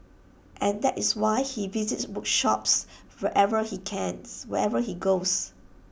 and that is why he visits bookshops wherever he cans wherever he goes